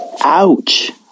ouch